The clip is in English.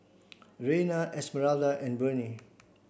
Reyna Esmeralda and Bernie